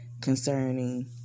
concerning